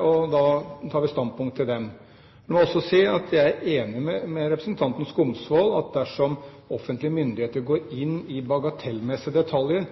og da tar vi standpunkt til dem. Jeg må også si at jeg er enig med representanten Skumsvoll i at det å gå inn i bagatellmessige detaljer